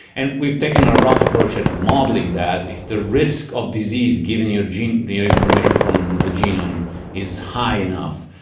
and we've taken a rough approach at modelling that if the risk of disease given your gene, your information from the genome is high enough,